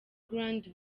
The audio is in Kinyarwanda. grande